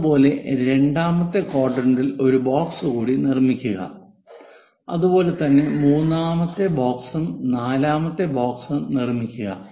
അതുപോലെ രണ്ടാമത്തെ ക്വാഡ്രന്റിൽ ഒരു ബോക്സ് കൂടി നിർമ്മിക്കുക അതുപോലെ തന്നെ മൂന്നാമത്തെ ബോക്സും നാലാമത്തെ ബോക്സും നിർമ്മിക്കുക